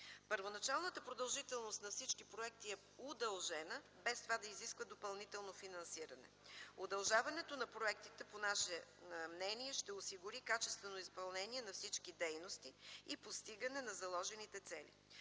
Първоначалната продължителност на всички проекти е удължена, без това да изисква допълнително финансиране. Удължаването на проектите по наше мнение ще осигури качествено изпълнение на всички дейности и постигане на заложените цели.